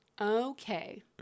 Okay